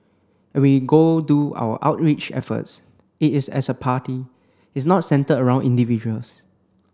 and we go do our outreach efforts it is as a party it's not centred around individuals